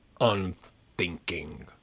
unthinking